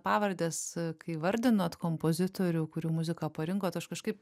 pavardes kai įvardinot kompozitorių kurių muziką parinkot aš kažkaip